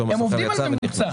הם עובדים על ממוצע.